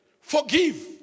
forgive